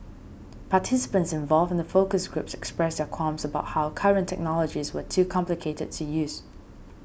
participants involved in the focus groups expressed their qualms about how current technologies were too complicated to use